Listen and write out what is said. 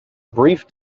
brief